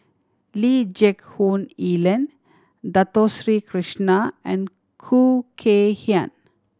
Lee Geck Hoon Ellen Dato Sri Krishna and Khoo Kay Hian